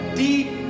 deep